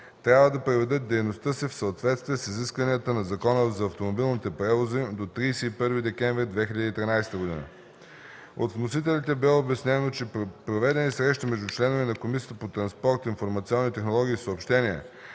трябва да приведат дейността си в съответствие с изискванията на Закона за автомобилните превози до 31 декември 2013 г. От вносителите бе обяснено, че при проведени срещи на членовете на Комисията по транспорт, информационни технологии и съобщения